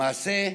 למעשה,